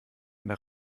eine